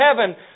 heaven